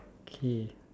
okay